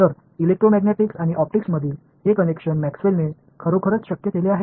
तर इलेक्ट्रोमॅग्नेटिक्स आणि ऑप्टिक्समधील हे कनेक्शन मॅक्सवेलने खरोखरच शक्य केले आहे